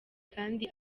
kandi